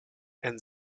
and